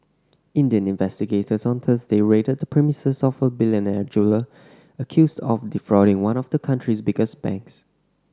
Indian investigators on Thursday raided the premises of a billionaire jeweller accused of defrauding one of the country's biggest banks